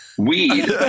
weed